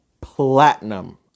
Platinum